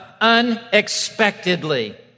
unexpectedly